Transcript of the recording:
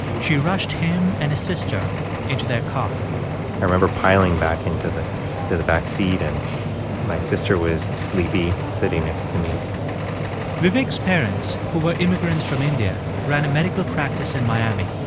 she rushed him and his sister into their car i remember piling back into the the backseat, and my sister was sleepy sitting next to me vivek's parents, who were immigrants from india, ran a medical practice in miami.